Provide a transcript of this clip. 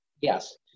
Yes